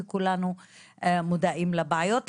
וכולנו מודעים לבעיות.